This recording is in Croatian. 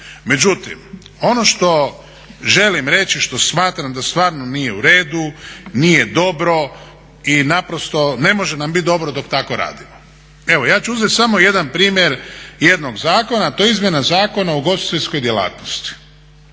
Međutim, ono što želim reći, što smatram da stvarno nije u redu, nije dobro i naprosto ne može nam biti dobro dok tako radimo. Evo ja ću uzeti samo jedan primjer jednog zakona. To je izmjena Zakona o ugostiteljskoj djelatnosti.